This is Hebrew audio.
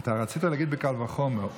אתה רצית להגיד בקל וחומר.